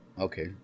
Okay